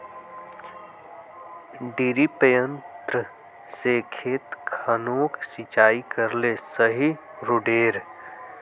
डिरिपयंऋ से खेत खानोक सिंचाई करले सही रोडेर?